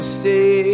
say